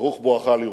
ברוך בואך לירושלים.